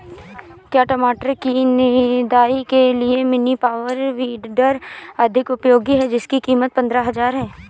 क्या टमाटर की निदाई के लिए मिनी पावर वीडर अधिक उपयोगी है जिसकी कीमत पंद्रह हजार है?